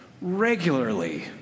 regularly